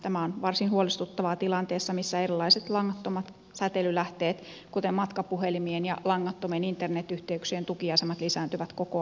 tämä on varsin huolestuttavaa tilanteessa missä erilaiset langattomat säteilylähteet kuten matkapuhelimien ja langattomien internet yhteyksien tukiasemat lisääntyvät koko ajan